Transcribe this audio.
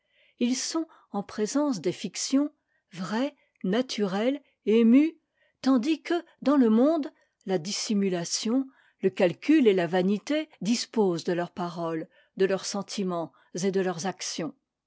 ils sont en présence des fictions vrais naturels émus tandis que dans le monde la dissimulation le calcul et la vanité disposent de leurs paroles de leurs sentiments et de leurs actions